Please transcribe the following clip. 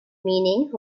meaning